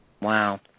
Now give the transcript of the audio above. Wow